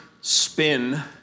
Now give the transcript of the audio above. spin